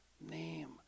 name